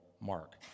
Mark